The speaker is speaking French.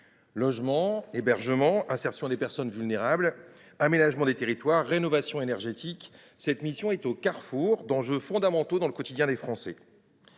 Logement, hébergement, insertion des personnes vulnérables, aménagement des territoires, rénovation énergétique : cette mission est au carrefour d’enjeux fondamentaux pour le quotidien des Français.